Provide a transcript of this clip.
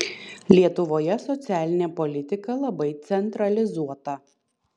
lietuvoje socialinė politika labai centralizuota